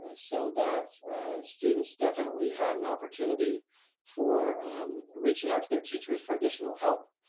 ah so that students definitely had an opportunity for reaching out to their teachers for additional help.